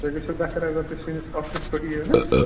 تۄہہِ گَژھیو بہتر اگر تُہۍ سٲنِس آفسَس پٮ۪ٹھ یِیِو نَہ حظ